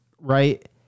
right